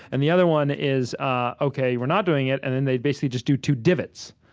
and the other one is, ah ok, we're not doing it, and then they basically just do two divots,